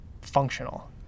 functional